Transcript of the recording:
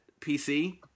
pc